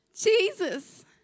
Jesus